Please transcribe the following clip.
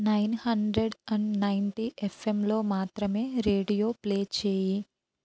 nine hundred and ninety ఎఫ్ఎంలో మాత్రమే radio play చెయ్యి